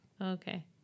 okay